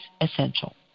essential